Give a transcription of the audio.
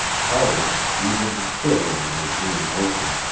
howland, even quivering in his new emotion,